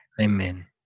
Amen